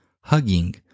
hugging